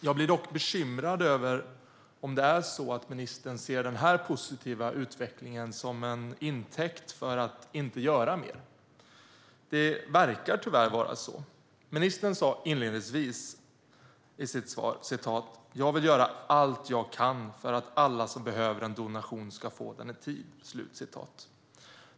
Jag är dock bekymrad över om det är så att ministern tar den positiva utvecklingen till intäkt för att inte göra mer. Det verkar tyvärr vara så. Ministern sa inledningsvis i sitt svar: "jag vill göra allt jag kan för att alla som behöver en donation ska få den i tid".